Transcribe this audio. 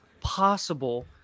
possible